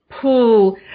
pull